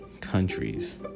countries